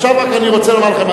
עכשיו אני רוצה לומר לכם,